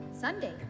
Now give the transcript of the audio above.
Sunday